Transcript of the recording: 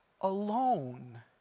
alone